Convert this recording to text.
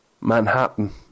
Manhattan